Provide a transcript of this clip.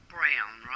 Brown